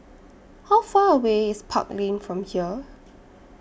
How Far away IS Park Lane from here